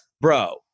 bro